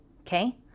Okay